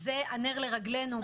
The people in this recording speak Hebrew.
זה הנר לרגלינו.